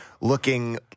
looking